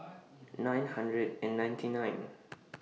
nine hundred and ninety nine